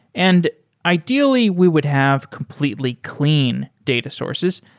and ideally we would have completely clean data sources,